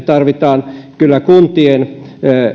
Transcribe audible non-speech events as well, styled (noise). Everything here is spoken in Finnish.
(unintelligible) tarvitaan kyllä kuntien